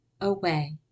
away